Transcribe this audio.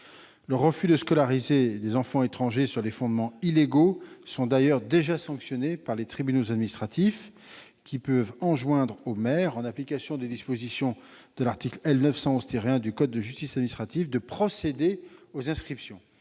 Le refus de scolariser les enfants étrangers sur des fondements illégaux est d'ailleurs déjà sanctionné par les tribunaux administratifs, qui peuvent enjoindre aux maires, en application des dispositions de l'article L. 911-1 du code de justice administrative, de procéder aux inscriptions.